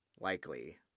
likely